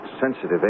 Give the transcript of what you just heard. sensitive